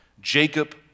Jacob